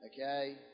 Okay